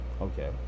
Okay